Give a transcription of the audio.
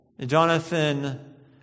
Jonathan